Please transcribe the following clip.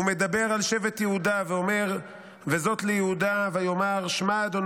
הוא מדבר על שבט יהודה ואומר: "וזאת ליהודה ויאמר שמע יהוה